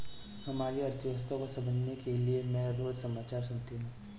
हमारी अर्थव्यवस्था को समझने के लिए मैं रोज समाचार सुनती हूँ